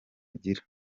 bagira